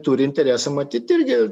turi interesą matyt irgi